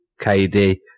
KD